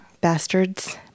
Bastards